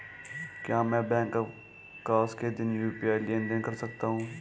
क्या मैं बैंक अवकाश के दिन यू.पी.आई लेनदेन कर सकता हूँ?